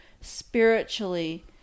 spiritually